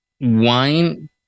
wine